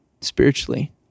spiritually